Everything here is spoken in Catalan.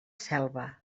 selva